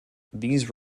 these